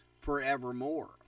forevermore